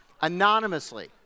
anonymously